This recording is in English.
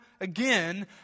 again